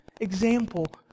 example